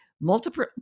multiple